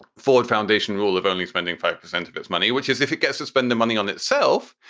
ford foundation rule of only spending five percent of its money, which is if it gets to spend the money on itself.